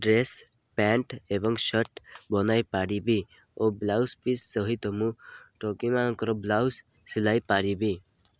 dress pant ଏବଂ shirt ବନାଇ ପାରିବି ଓ ବ୍ଲାଉଜ ପିସ୍ ସହିତ ମୁଁ ଟୋକିମାନଙ୍କର ବ୍ଲାଉଜ ସିଲାଇ ପାରିବି